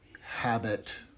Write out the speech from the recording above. habit